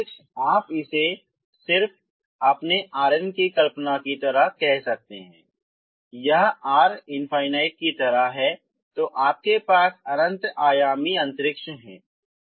तो अंतरिक्ष आप इसे सिर्फ अपने Rn की कल्पना की तरह कह सकते है यह R की तरह है तो आपके पास अनंत आयामी अंतरिक्ष है